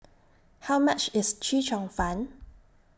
How much IS Chee Cheong Fun